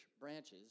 branches